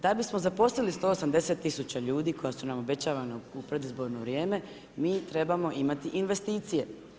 Da bismo zaposlili 180 tisuća ljudi koja su nam obećavana u predizborno vrijeme mi trebamo imati investicije.